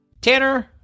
Tanner